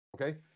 Okay